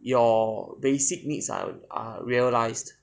your basic needs are are realised